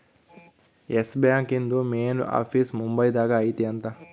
S Bank ಇಂದು main office Mumbai ದಾಗ ಐತಿ ಅಂತ